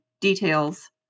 Details